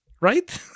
right